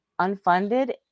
unfunded